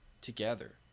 together